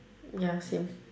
ya same